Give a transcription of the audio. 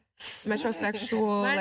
Metrosexual